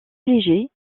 légers